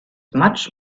much